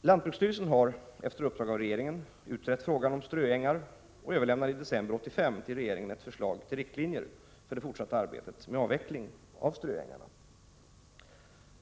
Lantbruksstyrelsen har, efter uppdrag av regeringen, utrett frågan om ströängar och överlämnade i december 1985 till regeringen ett förslag till riktlinjer för det fortsatta arbetet med avveckling av ströängarna.